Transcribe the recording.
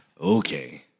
Okay